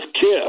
kiss